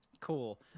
Cool